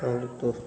और तो